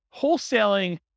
wholesaling